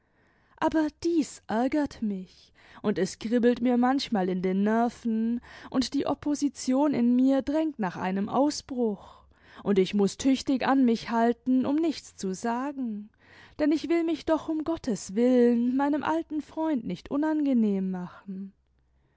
aber dies ärgert mich und es kribbelt mir manchmal in den nerven und die opposition in mir drängt nach einem ausbruch und ich muß tüchtig an mich halten um nichts zu sagen denn ich will mich doch um gotteswillen meinem alten freund nicht unangenehm machen